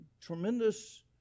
tremendous